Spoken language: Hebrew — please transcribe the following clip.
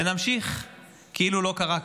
ונמשיך כאילו לא קרה כלום.